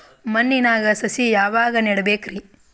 ಮಣ್ಣಿನಾಗ ಸಸಿ ಯಾವಾಗ ನೆಡಬೇಕರಿ?